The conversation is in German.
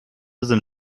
sind